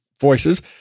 voices